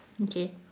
okay